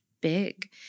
big